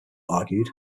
argued